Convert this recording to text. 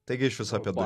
taigi iš viso apie du